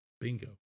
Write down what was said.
Bingo